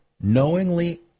knowingly